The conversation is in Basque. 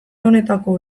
honetako